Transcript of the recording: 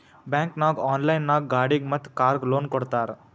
bank ನಾಗ್ online ನಾಗ್ ಗಾಡಿಗ್ ಮತ್ ಕಾರ್ಗ್ ಲೋನ್ ಕೊಡ್ತಾರ್